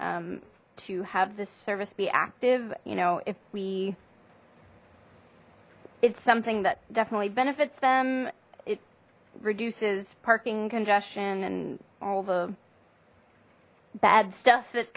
to have this service be active you know if we it's something that definitely benefits them it reduces parking congestion and all the bad stuff that